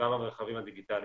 גם במרחבים הדיגיטליים.